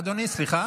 היושב-ראש.